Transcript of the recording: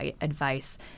advice